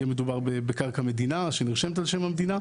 מדובר בקרקע מדינה שנרשמת על שם המדינה.